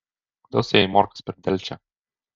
kodėl sėjai morkas per delčią